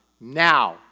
now